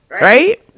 right